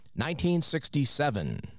1967